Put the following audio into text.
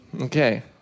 Okay